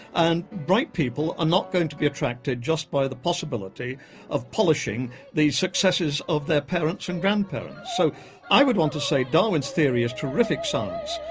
and bright people are not going to be attracted just by the possibility of polishing the successes of their parents and grandparents. so i would want to say darwin's theory is terrific science,